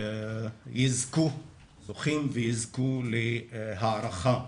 זוכים ויזכו להערכה.